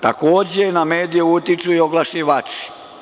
Takođe, na medije utiču i oglašivači.